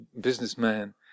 businessman